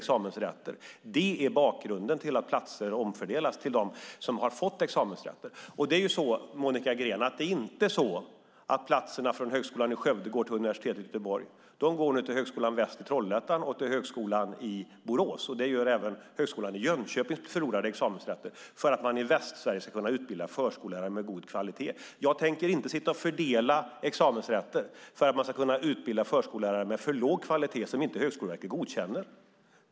Detta är bakgrunden till att platser har omfördelats till dem som fått examensrätter. Det är ju inte så, Monica Green, att platserna från Högskolan i Skövde går till universitet i Göteborg, utan de går till Högskolan Väst i Trollhättan och till Högskolan i Borås. Det gör även de examensrätter som Högskolan i Jönköping förlorat, detta för att man i Västsverige ska kunna utbilda förskollärare med god kvalitet. Jag tänker inte sitta och fördela examensrätter för att man ska kunna utbilda förskollärare med för låg kvalitet som inte Högskoleverket godkänner.